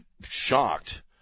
shocked